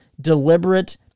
deliberate